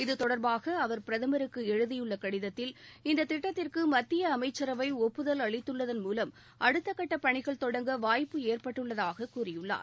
இதுதொடர்பாக அவர் பிரதமருக்கு எழுதியுள்ள கடிதத்தில் இந்தத் திட்டத்திற்கு மத்திய அமைச்சரவை ஒப்புதல் அளித்துள்ளதன் மூலம் அடுத்தக்கட்ட பணிகள் தொடங்க வாய்ப்பு ஏற்பட்டுள்ளதாக கூறியுள்ளார்